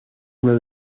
uno